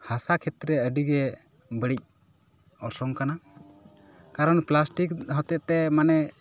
ᱦᱟᱥᱟ ᱠᱷᱮᱛᱨᱮ ᱟ ᱰᱤᱜᱮ ᱵᱟ ᱲᱤᱡ ᱚᱨᱥᱚᱝ ᱠᱟᱱᱟ ᱠᱟᱨᱚᱱ ᱯᱞᱟᱥᱴᱤᱠ ᱦᱚᱛᱮᱛᱮ ᱢᱟᱱᱮ